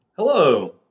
Hello